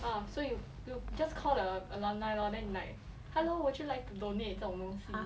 um so you you just call the alumni lor and then like hello would you like to donate 这种东西